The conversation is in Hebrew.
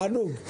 תענוג.